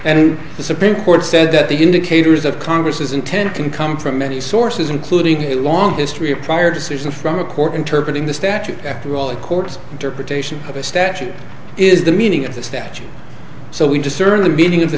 and the supreme court said that the indicators of congress's intent can come from many sources including a long history of prior decision from a court interpret in the statute after all the courts interpretation of a statute is the meaning of the statute so we discern the meaning of the